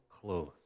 clothes